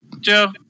Joe